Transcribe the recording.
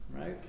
Right